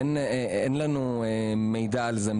אין לנו מידע על זה,